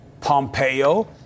Pompeo